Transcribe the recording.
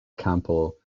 campbell